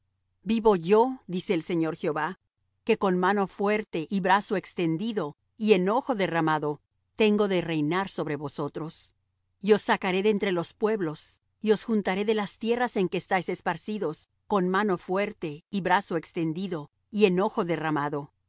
vivo yo dice el señor jehová que con mano fuerte y brazo extendido y enojo derramado tengo de reinar sobre vosotros y os sacaré de entre los pueblos y os juntaré de las tierras en que estáis esparcidos con mano fuerte y brazo extendido y enojo derramado y